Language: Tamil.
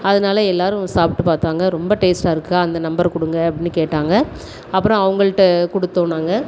அதனாலே எல்லோரும் சாப்பிட்டு பார்த்தாங்க ரொம்ப டேஸ்ட்டாயிருக்கு அந்த நம்பர் கொடுங்க அப்படின்னு கேட்டாங்க அப்புறம் அவங்கள்ட்ட கொடுத்தோம் நாங்கள்